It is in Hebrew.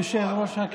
אדוני היושב-ראש,